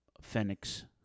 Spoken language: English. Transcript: Phoenix